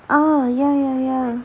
oh ya ya ya